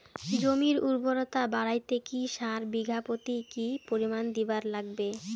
জমির উর্বরতা বাড়াইতে কি সার বিঘা প্রতি কি পরিমাণে দিবার লাগবে?